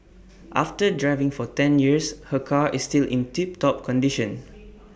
after driving for ten years her car is still in tip top condition